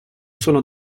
sono